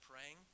praying